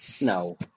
No